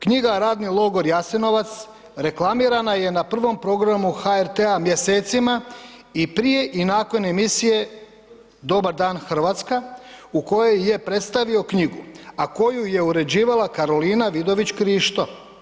Knjiga Radni logor Jasenovac reklamirana je na 1. programu HRT-a mjesecima i prije i nakon emisije Dobar dan Hrvatska u kojoj je predstavio knjigu, a koju je uređivala Karolina Vidović Kršto.